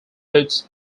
puts